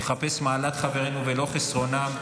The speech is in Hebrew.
לחפש מעלת חברינו ולא חסרונם,